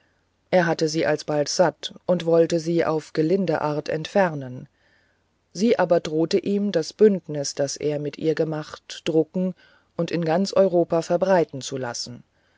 er hatte sie bald satt und wollte sie auf gelinde art entfernen sie aber drohte ihm das bündnis das er mit ihr gemacht drucken und in ganz europa verbreiten zu lassen